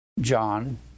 John